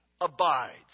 abides